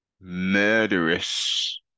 murderous